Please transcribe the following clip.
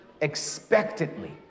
expectantly